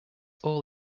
all